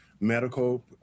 medical